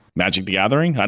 magic the gathering?